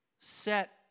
set